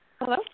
hello